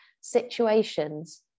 situations